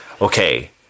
Okay